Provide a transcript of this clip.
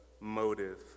motive